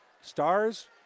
Stars